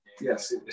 Yes